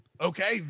Okay